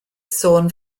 sôn